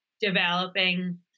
developing